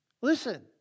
Listen